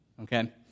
Okay